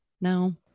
now